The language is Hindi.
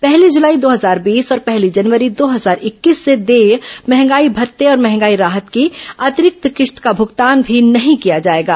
पहली जुलाई दो हजार बीस और पहली जनवरी दो हजार इक्कीस से देय मंहगाई मत्ते और मंहगाई राहत की अतिरिक्त किस्त का भूगतान भी नहीं किया जाएगा